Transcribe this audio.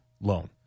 loan